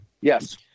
Yes